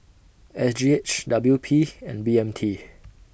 S G H W P and B M T